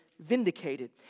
vindicated